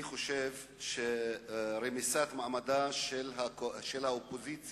אני חושב שרמיסת מעמדה של האופוזיציה